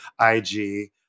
IG